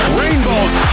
rainbows